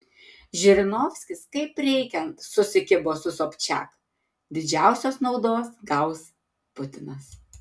žirinovskis kaip reikiant susikibo su sobčiak didžiausios naudos gaus putinas